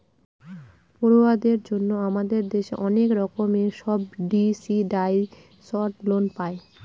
পড়ুয়াদের জন্য আমাদের দেশে অনেক রকমের সাবসিডাইসড লোন পায়